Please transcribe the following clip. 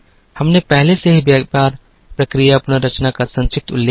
हमने पहले से ही व्यापार प्रक्रिया पुनर्रचना का संक्षिप्त उल्लेख किया है